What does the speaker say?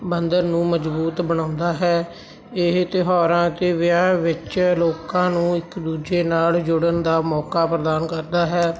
ਬੰਧਨ ਨੂੰ ਮਜ਼ਬੂਤ ਬਣਾਉਂਦਾ ਹੈ ਇਹ ਤਿਉਹਾਰਾਂ ਅਤੇ ਵਿਆਹਾਂ ਵਿੱਚ ਲੋਕਾਂ ਨੂੰ ਇੱਕ ਦੂਜੇ ਨਾਲ ਜੁੜਨ ਦਾ ਮੌਕਾ ਪ੍ਰਦਾਨ ਕਰਦਾ ਹੈ